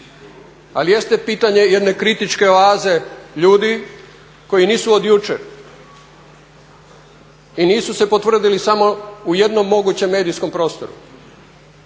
Ali jeste pitanje jedne kritičke oaze ljudi koji nisu od jučer i nisu se potvrdili samo u jednom mogućem medijskom prostoru.